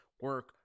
Work